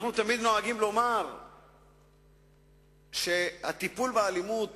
אנחנו תמיד נוהגים לומר שהטיפול באלימות